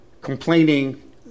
complaining